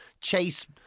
chase